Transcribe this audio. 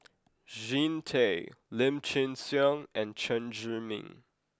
Jean Tay Lim Chin Siong and Chen Zhiming